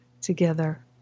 together